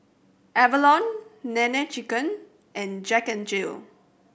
Avalon Nene Chicken and Jack N Jill